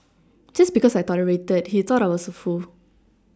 just because I tolerated he thought I was a fool